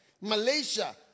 Malaysia